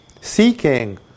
seeking